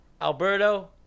Alberto